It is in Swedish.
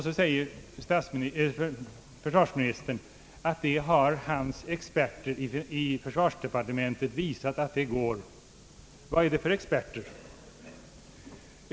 Ja, säger försvarsministern, hans experter i försvarsdepartementet har visat att det går. Vad är det för experter?